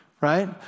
Right